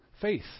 faith